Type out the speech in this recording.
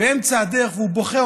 והוא בוכה,